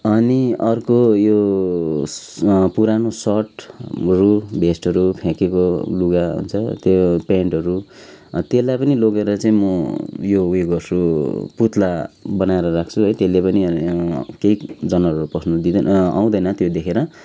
अनि अर्को यो स् पुरानो सर्टहरू भेस्टहरू फ्याकेको लुगा हुन्छ त्यो पेन्टहरू त्यसलाई पनि लगेर चाहिँ म यो उयो गर्छु पुत्ला बनाएर राख्छु है त्यसले पनि केही जनावरहरू पस्नु दिँदैन आउँदैन त्यो देखेर